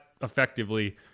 effectively